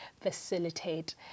facilitate